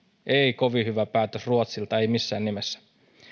ei kovin hyvä päätös ruotsilta ei missään nimessä